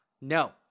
no